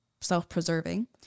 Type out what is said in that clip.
self-preserving